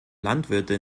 landwirte